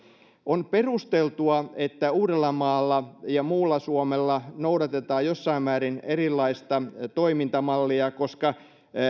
on perusteltua että uudellamaalla ja muualla suomessa noudatetaan jossain määrin erilaista toimintamallia koska uudellamaalla